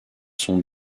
sont